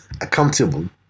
accountable